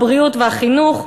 הבריאות והחינוך,